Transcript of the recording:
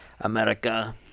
America